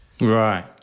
Right